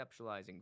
conceptualizing